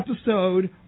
episode